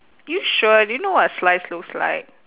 you sure do you know what a slice looks like